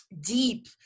deep